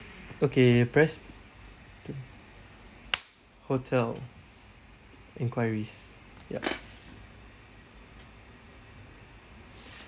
okay press hotel enquiries ya